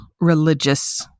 religious